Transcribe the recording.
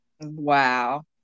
Wow